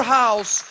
house